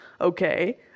okay